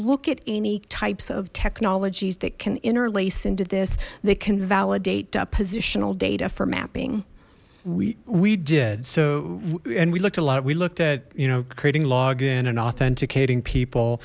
look at any types of technologies that can interlace into this that can validate positional data for mapping we we did so and we looked a lot we looked at you know creating login and authenticating people